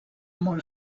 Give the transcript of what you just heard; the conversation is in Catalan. molt